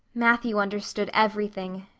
matthew understood everything,